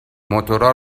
موتورا